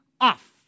off